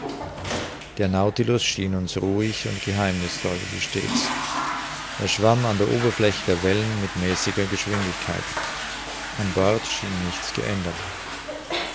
der nautilus schien uns ruhig und geheimnißvoll wie stets er schwamm an der oberfläche der wellen mit mäßiger geschwindigkeit an bord schien nichts geändert